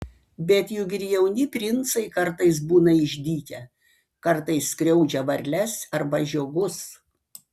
bet juk ir jauni princai kartais būna išdykę kartais skriaudžia varles arba žiogus